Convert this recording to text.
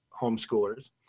homeschoolers